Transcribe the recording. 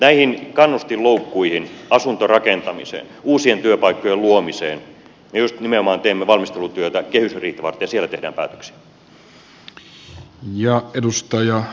näihin kannustinloukkuihin asuntorakentamiseen uusien työpaikkojen luomiseen me juuri nimenomaan teemme valmistelutyötä kehysriiheä varten ja siellä tehdään päätöksiä